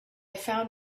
found